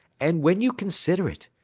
and when you consider it,